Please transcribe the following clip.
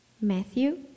Matthew